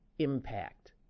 Impact